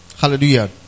Hallelujah